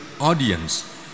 audience